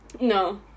no